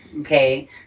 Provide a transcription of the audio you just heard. okay